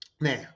Now